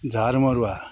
झारमरुवा